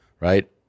Right